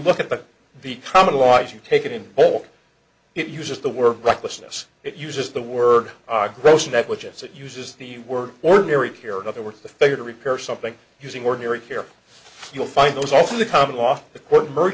look at the the common law is you take it in whole it uses the word recklessness it uses the word gross negligence it uses the word ordinary here in other words the failure to repair something using ordinary here you'll find those also the common law the court